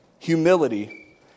Humility